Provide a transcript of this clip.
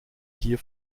gier